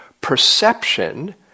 perception